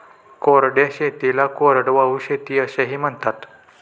कोरड्या शेतीला कोरडवाहू शेती असेही म्हणतात